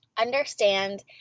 understand